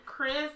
Chris